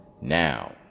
Now